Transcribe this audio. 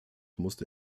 musste